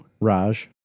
Raj